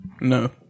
No